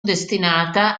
destinata